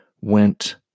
went